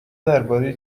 درباره